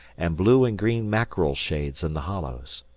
and blue and green mackerel shades in the hollows.